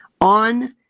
on